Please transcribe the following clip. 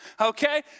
okay